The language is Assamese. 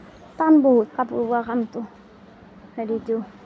টান বহুত কাপোৰ বোৱা কামটো হেৰিটো